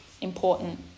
important